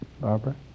Barbara